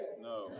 No